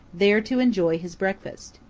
there to enjoy his breakfast.